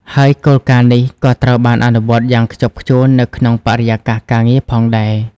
ហើយគោលការណ៍នេះក៏ត្រូវបានអនុវត្តយ៉ាងខ្ជាប់ខ្ជួននៅក្នុងបរិយាកាសការងារផងដែរ។